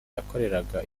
yakoreraga